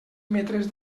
metres